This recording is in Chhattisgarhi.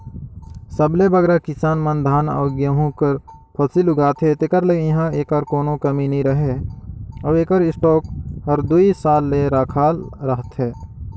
सबले बगरा किसान मन धान अउ गहूँ कर फसिल उगाथें तेकर ले इहां एकर कोनो कमी नी रहें अउ एकर स्टॉक हर दुई साल ले रखाल रहथे